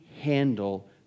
handle